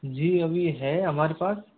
जी अभी है हमारे पास